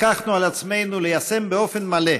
לקחנו על עצמנו ליישם באופן מלא,